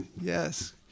Yes